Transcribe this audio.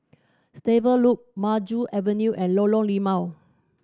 Stable Loop Maju Avenue and Lorong Limau